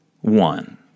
one